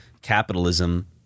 capitalism